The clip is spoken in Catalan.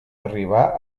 arribà